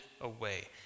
away